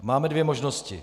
Máme dvě možnosti.